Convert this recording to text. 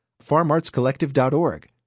FarmartsCollective.org